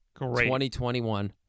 2021